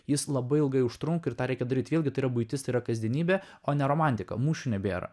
jis labai ilgai užtrunka ir tą reikia daryt vėlgi tai yra buitis tai yra kasdienybė o ne romantika mūšių nebėra